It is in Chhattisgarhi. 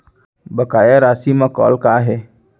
बकाया राशि मा कॉल का हे?